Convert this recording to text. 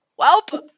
Welp